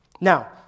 Now